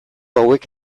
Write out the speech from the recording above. hauek